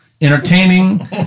entertaining